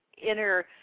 inner